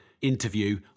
interview